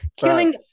killing